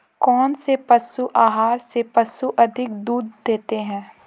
कौनसे पशु आहार से पशु अधिक दूध देते हैं?